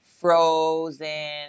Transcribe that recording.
Frozen